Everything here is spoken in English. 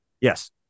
Yes